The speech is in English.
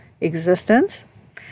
existence